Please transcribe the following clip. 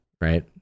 Right